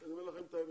אני אומר לכם את האמת.